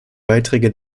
beiträge